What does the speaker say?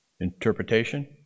Interpretation